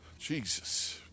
Jesus